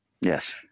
Yes